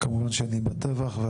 כמובן שאני זמין,